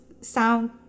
sound